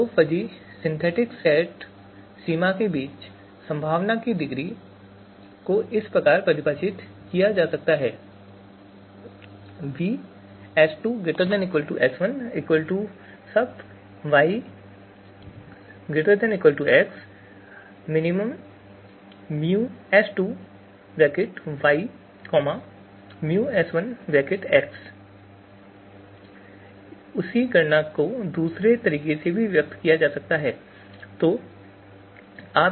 इन दो fuzzy synthetic सीमा के बीच संभावना की डिग्री को इस प्रकार परिभाषित किया गया है उसी गणना को दूसरे तरीके से भी किया जा सकता है